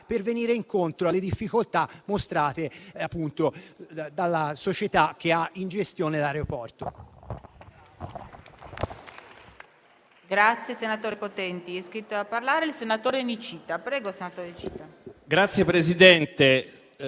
per venire incontro alle difficoltà mostrate dalla società che ha in gestione l'aeroporto.